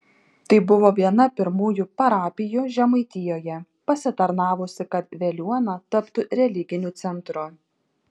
tai buvo viena pirmųjų parapijų žemaitijoje pasitarnavusi kad veliuona taptų religiniu centru